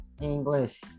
english